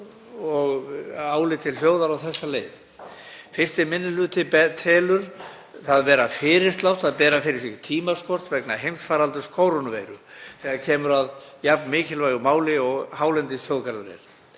til hljóðar á þessa leið: „Fyrsti minni hluti telur það vera fyrirslátt að bera fyrir sig tímaskort vegna heimsfaraldurs kórónuveiru þegar kemur að jafn mikilvægu máli og hálendisþjóðgarður er.